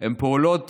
הן פעולות